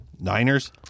Niners